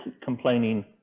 complaining